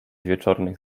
wieczornych